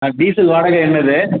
diesel வாடகை என்னது